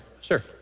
sure